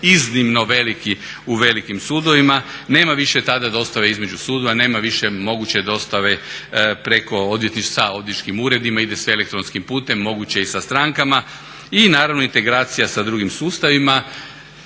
iznimno veliki u velikim sudovima. Nema više tada dostave između sudova, nema više moguće dostave sa odvjetničkim uredima, ide sve elektronskim putem, moguće je i sa strankama. I naravno integracija sa drugim sustavima.